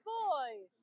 boys